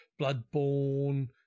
Bloodborne